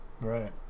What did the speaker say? right